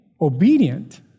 obedient